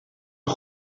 een